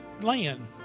land